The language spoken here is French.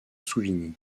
souvigny